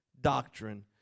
doctrine